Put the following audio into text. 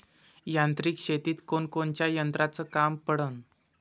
यांत्रिक शेतीत कोनकोनच्या यंत्राचं काम पडन?